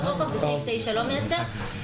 רוחב ואילו סעיף 9 לא מייצר השלכות רוחב.